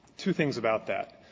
two things about that.